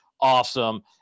awesome